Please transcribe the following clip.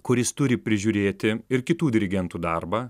kuris turi prižiūrėti ir kitų dirigentų darbą